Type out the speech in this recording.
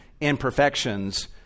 imperfections